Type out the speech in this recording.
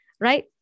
right